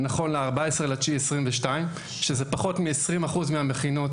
נכון ל-14 לספטמבר 2022. זה פחות מ-20% מהמכינות